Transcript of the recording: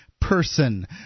person